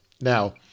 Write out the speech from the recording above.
Now